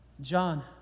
John